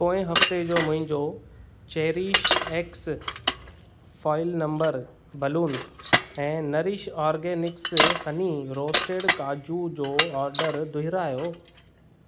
पोइ हफ्ते जो मुंहिंजो cherish x foil number balloon ऐं नरिश ऑर्गॅनिक्स हनी रोस्टेड काजू जो ऑडर दुहिरायो